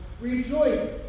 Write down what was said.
Rejoice